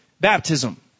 baptism